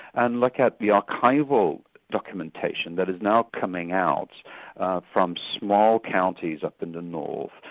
and look at the archival documentation that is now coming out from small counties up in the north,